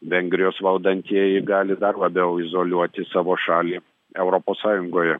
vengrijos valdantieji gali dar labiau izoliuoti savo šalį europos sąjungoje